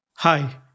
Hi